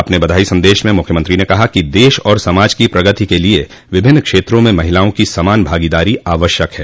अपने बघाई सन्देश में मुख्यमत्री ने कहा कि देश और समाज की प्रगति के लिए विभिन्न क्षेत्रों मे महिलाओं की समान भागीदारी आवश्यक है